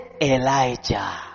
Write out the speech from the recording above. Elijah